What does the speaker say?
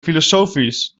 filosofisch